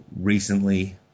recently